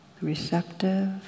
receptive